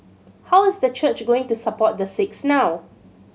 how is the church going to support the six now